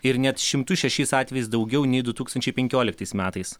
ir net šimtu šešiais atvejais daugiau nei du tūkstančiai penkioliktais metais